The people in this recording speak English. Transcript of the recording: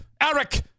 Eric